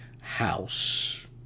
house